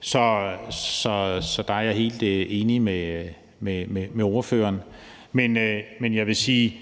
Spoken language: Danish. Så der er jeg helt enig med ordføreren. Men jeg vil sige,